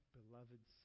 beloved